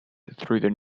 through